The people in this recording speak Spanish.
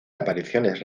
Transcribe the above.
apariciones